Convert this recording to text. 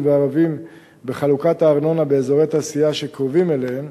וערביים בחלוקת הארנונה באזורי תעשייה שקרובים אליהם.